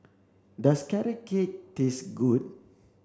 does carrot cake taste good